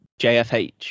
JFH